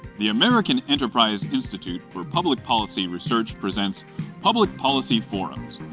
the american enterprise institute for public policy research presents public policy forums,